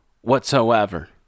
whatsoever